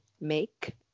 make